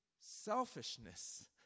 selfishness